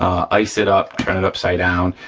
ice it up, turn it upside down,